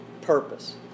purpose